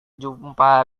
jumpa